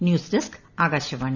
news desk Akashvani